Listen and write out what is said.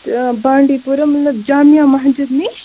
تہٕ بانٛڈی پورا مطلب جامعہ مسجِد نِش